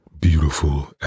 beautiful